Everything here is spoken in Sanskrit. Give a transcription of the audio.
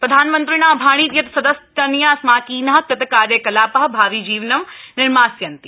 प्रधानमन्त्रिणा अभाणीत् यत् सद्यस्तनीया आस्माकीना कृतकार्यकला ा भाविजीवनं निर्मास्यन्ति